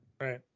Right